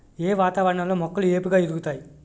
ఏ వాతావరణం లో మొక్కలు ఏపుగ ఎదుగుతాయి?